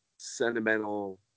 sentimental